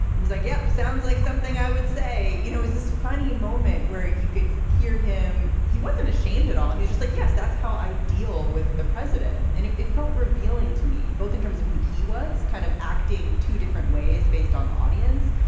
and he's like, yep, sounds like something i would say, you know, is this funny moment where you could hear him? he wasn't ashamed at all. he's just like, yes, that's how i deal with the president. and it it felt revealing to me both in terms of who he was kind of acting to different ways based on the audience.